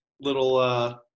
little